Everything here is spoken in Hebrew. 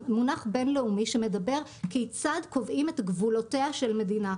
מונח בין-לאומי שמדבר כיצד קובעים את גבולותיה של מדינה,